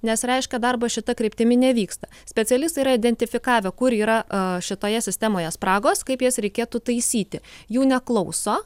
nes reiškia darbas šita kryptimi nevyksta specialistai yra identifikavę kur yra šitoje sistemoje spragos kaip jas reikėtų taisyti jų neklauso